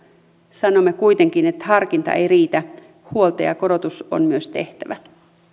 sanomme kuitenkin että harkinta ei riitä vaan huoltajakorotus on myös tehtävä